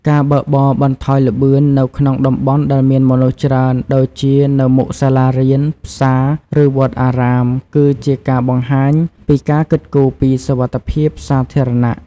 ការបើកបរបន្ថយល្បឿននៅក្នុងតំបន់ដែលមានមនុស្សច្រើនដូចជានៅមុខសាលារៀន ផ្សារ ឬវត្តអារាមគឺជាការបង្ហាញពីការគិតគូរពីសុវត្ថិភាពសាធារណៈ។